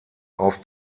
auf